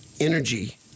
energy